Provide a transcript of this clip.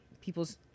people's